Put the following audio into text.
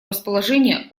расположения